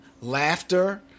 laughter